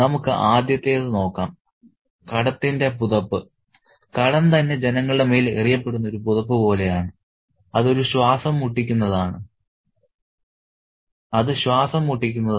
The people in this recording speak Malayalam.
നമുക്ക് ആദ്യത്തേത് നോക്കാം കടത്തിന്റെ പുതപ്പ് കടം തന്നെ ജനങ്ങളുടെ മേൽ എറിയപ്പെടുന്ന ഒരു പുതപ്പ് പോലെയാണ് അത് ശ്വാസം മുട്ടിക്കുന്നതാണ്